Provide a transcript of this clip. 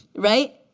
right?